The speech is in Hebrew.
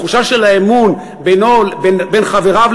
התחושה של אמון בין חבריו,